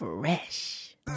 fresh